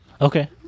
Okay